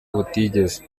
butigeze